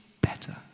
better